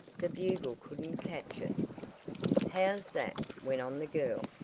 the bugle couldn't catch it how's that? went on the girl.